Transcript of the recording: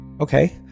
Okay